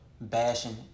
bashing